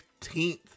15th